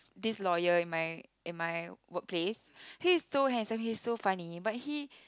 this lawyer in my in my workplace he's so handsome he's so funny but he